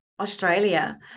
Australia